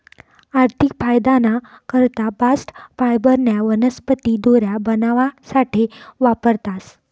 आर्थिक फायदाना करता बास्ट फायबरन्या वनस्पती दोऱ्या बनावासाठे वापरतास